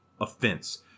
Offense